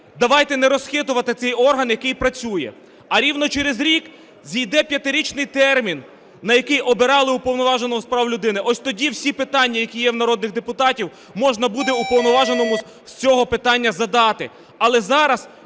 Давайте не розхитувати цей орган, який працює. А рівно через рік зійде п'ятирічний термін, на який обирали Уповноваженого з прав людини. Ось тоді всі питання, які є у народних депутатів, можна буде Уповноваженому з цього питання задати.